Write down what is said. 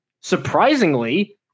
surprisingly